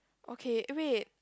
okay eh wait